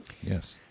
Yes